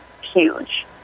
huge